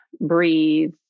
breathe